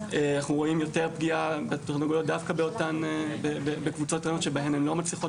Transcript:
יותר פגיעה בתרנגולות דווקא בקבוצות בהן הן לא מצליחות